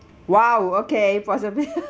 !wow! okay possibly